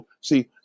see